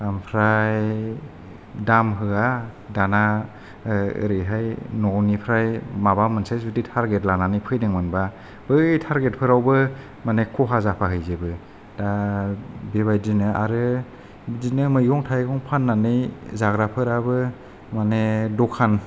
आमफ्राय दामहोआ दाना ओरैहाय न'निफ्राय माबा मोनसे जुदि टारगेट लानानै फैदोंमोनब्ला बै टारगेटखौ रावबो खहा जाहैफाजोबो दा बे बायदिनो आरो बिदिनो मैगं थाइगं फाननानै जाग्राफोराबो माने दखान